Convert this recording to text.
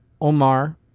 Omar